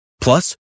Plus